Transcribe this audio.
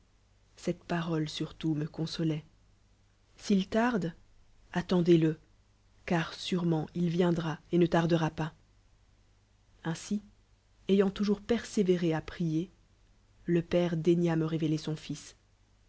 cette parole surtout nie consoloit s'tl tarde atlende le car se renzent il viendra et ne tardera pas ainsi ayant toujours persévéré à prier le père daigna me révéler son fils